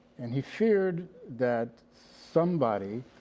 and he feared that somebody,